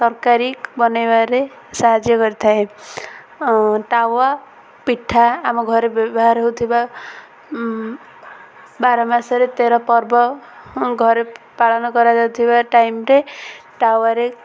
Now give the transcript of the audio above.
ତରକାରୀ ବନେଇବାରେ ସାହାଯ୍ୟ କରିଥାଏ ତାୱା ପିଠା ଆମ ଘରେ ବ୍ୟବହାର ହଉଥିବା ବାର ମାସରେ ତେର ପର୍ବ ଘରେ ପାଳନ କରାଯାଉଥିବା ଟାଇମ୍ରେେ ତାୱାରେ